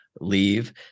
leave